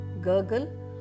gurgle